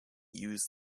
used